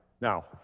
now